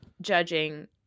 judging